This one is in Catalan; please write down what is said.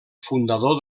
fundador